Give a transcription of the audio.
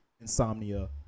insomnia